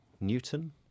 Newton